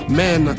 men